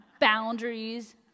boundaries